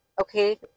Okay